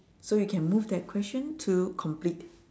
so you can move that question to completed